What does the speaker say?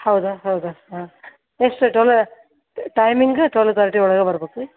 ಹೌದಾ ಹೌದಾ ಹಾಂ ಎಷ್ಟು ಟ್ವೆಲ್ ಟೈಮಿಂಗ ಟ್ವೆಲ್ ತರ್ಟಿ ಒಳಗೆ ಬರ್ಬೇಕ್ ರೀ